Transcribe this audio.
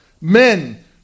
men